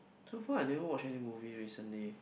so far I never watch any movie recently